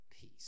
peace